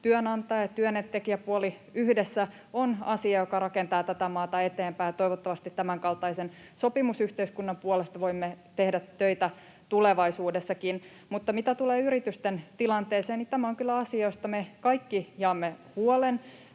työnantaja- ja työntekijäpuoli yhdessä, on asia, joka rakentaa tätä maata eteenpäin, ja toivottavasti tämänkaltaisen sopimusyhteiskunnan puolesta voimme tehdä töitä tulevaisuudessakin. Mutta mitä tulee yritysten tilanteeseen, niin tämä on kyllä asia, josta me kaikki jaamme huolen.